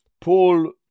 Paul